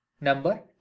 Number